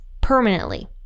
permanently